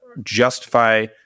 justify